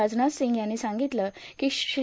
राजनाथ सिंग यांनी सांगितलं की श्री